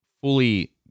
fully